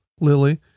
lily